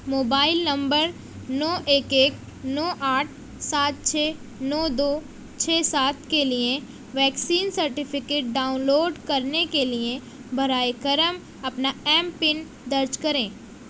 mobile number نو ایک ایک نو آٹھ سات چھ نو دو چھ سات کے لیے ویکسین سرٹیفکیٹ ڈاؤن لوڈ کرنے کے لیے برائے کرم اپنا ایم پن درج کریں